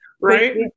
Right